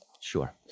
sure